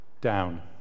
Down